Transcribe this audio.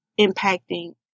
impacting